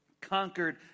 conquered